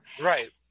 Right